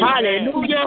Hallelujah